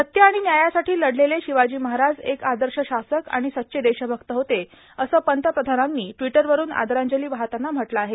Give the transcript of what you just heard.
सत्य आणि न्यायासाठी लढलेले शिवाजी महाराज एक आदर्श शासक आणि सच्चे देशभक्त होते असं पंतप्रधानांनी ट्विटरवरून आदरांजली वाहताना म्हटलं आहे